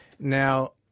Now